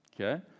okay